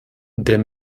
der